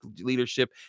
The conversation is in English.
leadership